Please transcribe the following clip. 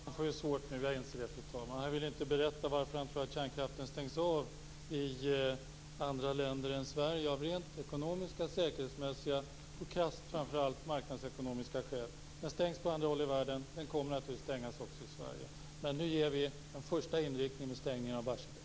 Fru talman! Mikael Odenberg ville inte berätta - jag inser att han får det svårt nu, fru talman - varför han tror att kärnkraften stängs av i andra länder än Sverige av rent ekonomiska, säkerhetsmässiga och, krasst, framför allt marknadsekonomiska skäl. Den stängs på andra håll i världen, och den kommer naturligtvis att stängas också i Sverige. Nu ger vi en första inriktning med stängningen av Barsebäck.